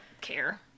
care